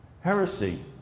Heresy